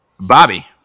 Bobby